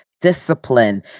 discipline